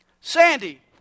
Sandy